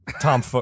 Tom